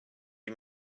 you